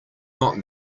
not